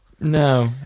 No